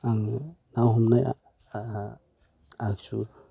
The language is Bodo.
आङाे ना हमनाय आगजु